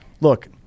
look